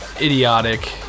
idiotic